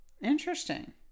Interesting